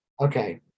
okay